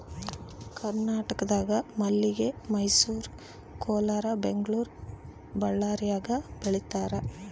ಕರ್ನಾಟಕದಾಗ ಮಲ್ಲಿಗೆ ಮೈಸೂರು ಕೋಲಾರ ಬೆಂಗಳೂರು ಬಳ್ಳಾರ್ಯಾಗ ಬೆಳೀತಾರ